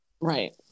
Right